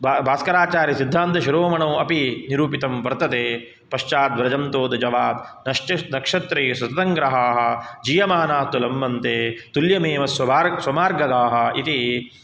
बा बास्कराचार्यसिद्धान्तशोरोमणौ अपि निरूपितं वर्तते पश्चाद्व्रजन्तोऽथ जवा कश्चित् नक्षत्रे सुदतं ग्रहाः जीयमानात् लम्बन्ते तुल्यमेव स्वमार्गदाः इति